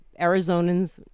Arizonans